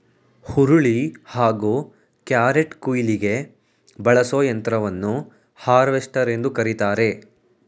ಹುರುಳಿ ಹಾಗೂ ಕ್ಯಾರೆಟ್ಕುಯ್ಲಿಗೆ ಬಳಸೋ ಯಂತ್ರವನ್ನು ಹಾರ್ವೆಸ್ಟರ್ ಎಂದು ಕರಿತಾರೆ